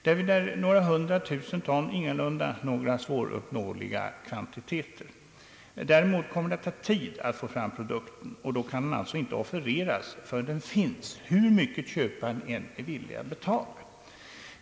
Därvid är några hundratusen ton ingalunda några svåruppnåeliga kvantiteter. Däremot kommer det att ta tid att få fram produkten, och då kan den alltså inte offereras, förrän den finns, hur mycket köparen än är villig att betala.